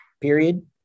Period